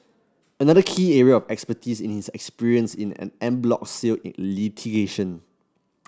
another key area of expertise in his experience in en bloc sale litigation